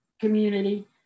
community